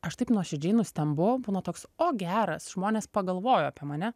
aš taip nuoširdžiai nustembu būna toks o geras žmonės pagalvojo apie mane